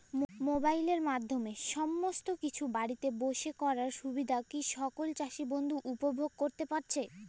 মোবাইলের মাধ্যমে সমস্ত কিছু বাড়িতে বসে করার সুবিধা কি সকল চাষী বন্ধু উপভোগ করতে পারছে?